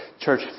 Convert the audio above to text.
church